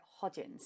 Hodgins